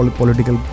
political